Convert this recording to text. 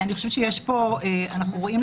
אנחנו רואים,